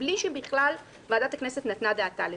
בלי שבכלל ועדת הכנסת נתנה דעתה לזה.